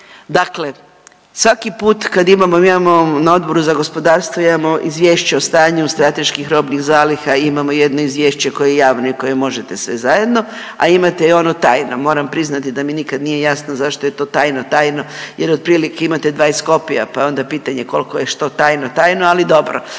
dakle svaki put kad imamo, mi imamo na Odboru za gospodarstvo imamo izvješće o stanju strateških robnih zaliha, imamo jedno izvješće koje je javno i koje možete sve zajedno, a imate i ono tajna. Moram priznati da mi nikad nije jasno zašto je to tajno, tajno jer otprilike imate 20 kopija pa je onda pitanje koliko je što tajno tajno, ali dobro.